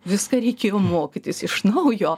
viską reikėjo mokytis iš naujo